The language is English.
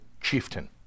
chieftain